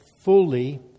fully